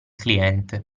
cliente